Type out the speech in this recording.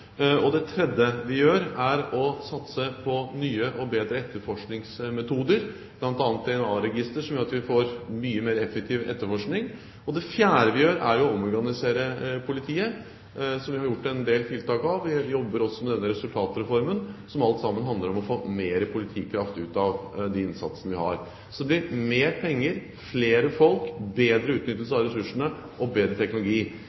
Det tredje er å satse på nye og bedre etterforskningsmetoder, bl.a. DNA-register, som gjør at vi får en mye mer effektiv etterforskning. Og det fjerde vi gjør, er å omorganisere politiet – der har vi gjort en del tiltak. Vi jobber også med denne resultatreformen, som alt sammen handler om å få mer politikraft ut av de innsatsene vi har. Så det blir mer penger, flere folk, bedre utnyttelse av ressursene og bedre teknologi.